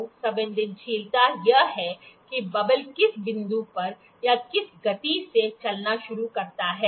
तो संवेदनशीलता यह है कि बबल किस बिंदु पर या किस गति से चलना शुरू करता है